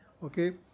Okay